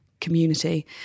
community